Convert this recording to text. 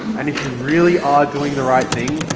and if you really are doing the right thing,